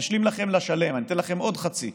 נשלים לכם לשלם, ניתן לכם עוד חצי,